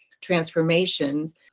transformations